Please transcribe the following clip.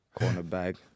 Cornerback